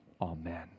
Amen